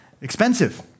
expensive